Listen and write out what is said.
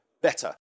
better